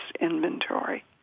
Inventory